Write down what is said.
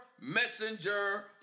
messenger